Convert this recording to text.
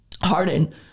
Harden